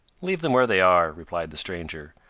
leave them where they are, replied the stranger.